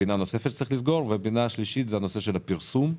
הסוגיה השלישית היא הפרסום.